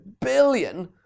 billion